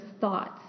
thoughts